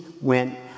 went